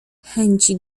chęci